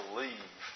leave